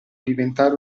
diventare